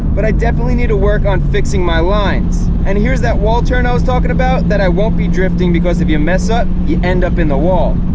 but i definitely need to work on fixing my lines and here's that wall turn i was talking about that i won't be drifting because if you mess up, you end up in the wall.